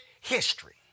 history